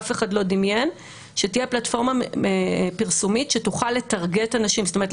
אף אחד לא דמיין שתהיה פלטפורמה פרסומית שתוכל לטרגט אנשים זאת אומרת,